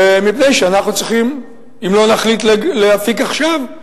אם לא נחליט להפיק עכשיו,